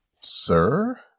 Sir